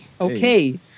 Okay